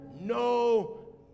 no